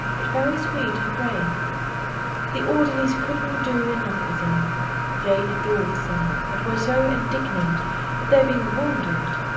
but very sweet and brave the orderlies couldn't do enough for them they adored them, and were so indignant at their being wounded.